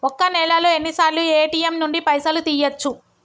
ఒక్క నెలలో ఎన్నిసార్లు ఏ.టి.ఎమ్ నుండి పైసలు తీయచ్చు?